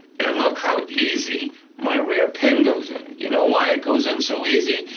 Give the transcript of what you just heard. and look how easy my rear pin goes in. you know why it goes in so easy?